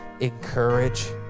encourage